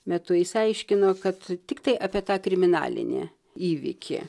metu jis aiškino kad tiktai apie tą kriminalinį įvykį